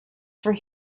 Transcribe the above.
for